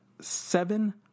seven